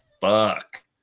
fuck